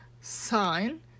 sign